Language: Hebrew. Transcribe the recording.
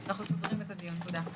אנחנו סוגרים את הדיון, תודה.